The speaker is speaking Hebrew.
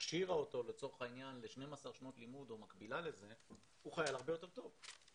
שהכשירה אותו ל-12 שנות לימוד או מקבילה לזה הוא חייל הרבה יותר טוב,